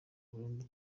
burundu